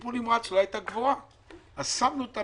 לטיפול נמרץ לא הייתה גבוהה אז שמנו אותם